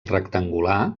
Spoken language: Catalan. rectangular